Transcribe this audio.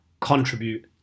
contribute